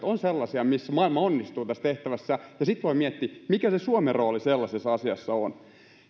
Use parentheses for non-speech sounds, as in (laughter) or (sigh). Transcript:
(unintelligible) ovat sellaisia missä maailma onnistuu tässä tehtävässä ja sitten voidaan miettiä mikä suomen rooli sellaisessa asiassa on